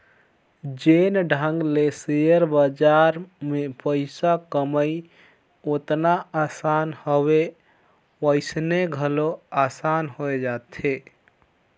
जेन ढंग ले सेयर बजार में पइसा कमई ओतना असान हवे वइसने घलो असान होए जाथे